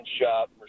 shop